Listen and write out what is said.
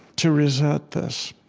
to resent this.